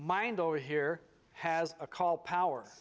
mind over here has a call power